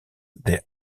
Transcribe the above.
des